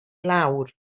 lawr